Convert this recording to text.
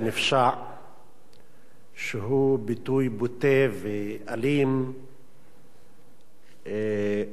שהוא ביטוי בוטה ואלים של הפוליטיקה של שנאה,